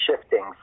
shifting